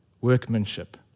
workmanship